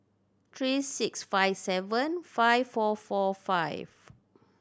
three six five seven five four four five